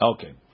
Okay